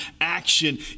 action